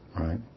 right